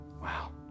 Wow